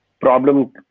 problem